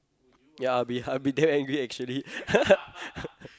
ya I'll be I'll be damn angry actually